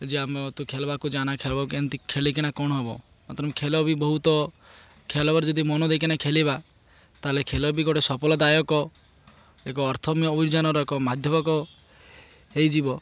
ଯେ ଆମ ତୁ ଖେଳିବାକୁ ଯାନା ଖେଳିବାକୁ ଏମିତି ଖେଳିକରିନା କ'ଣ ହବ ମେ ଖେଳ ବି ବହୁତ ଖେଳର ଯଦି ମନ ଦେଇକିନା ଖେଳିବା ତାହେଲେ ଖେଳ ବି ଗୋଟେ ସଫଳଦାୟକ ଏକ ଅର୍ଥମୟ ଅଭିଯାନର ଏକ ମାଧ୍ୟମିକ ହୋଇଯିବ